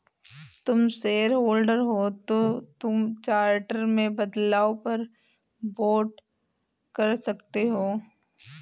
तुम शेयरहोल्डर हो तो तुम चार्टर में बदलाव पर वोट कर सकते हो